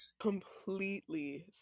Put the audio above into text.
Completely